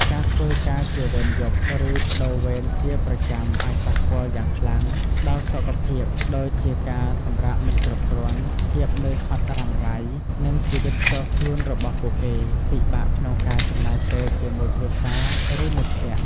ការធ្វើការជាវេនយប់ ឬប្តូរវេនជាប្រចាំអាចប៉ះពាល់យ៉ាងខ្លាំងដល់សុខភាព ដូចជាការសម្រាកមិនគ្រប់គ្រាន់ ភាពនឿយហត់រ៉ាំរ៉ៃ និងជីវិតផ្ទាល់ខ្លួនរបស់ពួកគេ ពិបាកក្នុងការចំណាយពេលជាមួយគ្រួសារ ឬមិត្តភក្តិ។